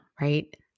right